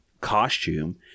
costume